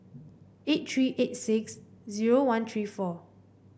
eight three eight six zero one three four